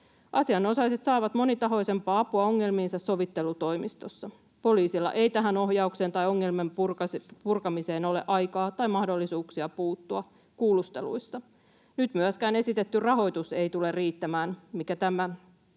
Asianosaiset saavat monitahoisempaa apua ongelmiinsa sovittelutoimistossa. Poliisilla ei tähän ohjaukseen tai ongelmien purkamiseen ole aikaa tai mahdollisuuksia puuttua kuulusteluissa. Myöskään nyt esitetty rahoitus ei tule riittämään siihen, minkä tämä